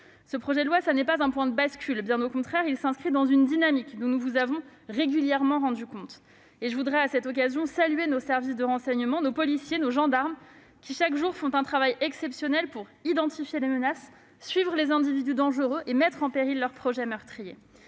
Ce projet de loi n'est pas un point de bascule, bien au contraire : il s'inscrit dans une dynamique dont nous vous avons régulièrement rendu compte. À cet égard, je tiens à saluer les membres de nos services de renseignement, nos policiers et nos gendarmes, qui, chaque jour, accomplissent un travail exceptionnel pour identifier les menaces, suivre les individus dangereux et mettre en échec leurs projets meurtriers.